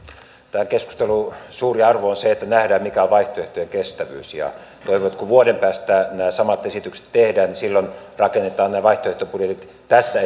tämän keskustelun suuri arvo on se että nähdään mikä on vaihtoehtojen kestävyys ja toivon että kun vuoden päästä nämä samat esitykset tehdään niin silloin rakennetaan nämä vaihtoehtobudjetit tässä